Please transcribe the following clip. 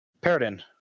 paradin